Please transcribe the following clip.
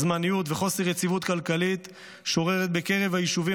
זמניות וחוסר יציבות כלכלית שוררת בקרב היישובים,